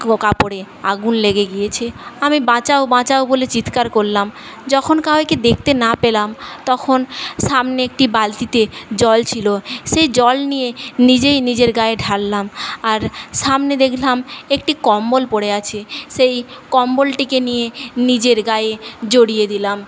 পুরো কাপড়ে আগুন লেগে গিয়েছে আমি বাঁচাও বাঁচাও বলে চিৎকার করলাম যখন কাওকে দেখতে না পেলাম তখন সামনে একটি বালতিতে জল ছিল সেই জল নিয়ে নিজেই নিজের গায়ে ঢাললাম আর সামনে দেখলাম একটি কম্বল পড়ে আছে সেই কম্বলটিকে নিয়ে নিজের গায়ে জড়িয়ে দিলাম